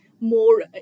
more